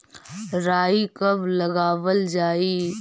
राई कब लगावल जाई?